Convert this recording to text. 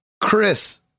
Chris